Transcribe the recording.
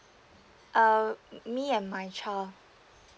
err me and my child